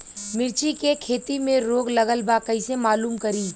मिर्ची के खेती में रोग लगल बा कईसे मालूम करि?